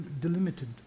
delimited